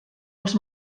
els